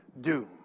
doom